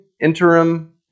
interim